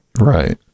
Right